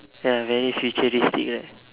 ya very futuristic right